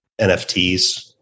NFTs